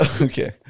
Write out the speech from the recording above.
Okay